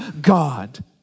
God